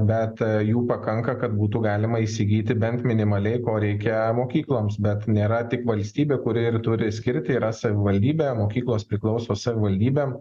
bet jų pakanka kad būtų galima įsigyti bent minimaliai ko reikia mokykloms bet nėra tik valstybė kuri ir turi skirti yra savivaldybė mokyklos priklauso savivaldybėm